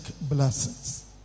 blessings